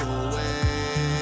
away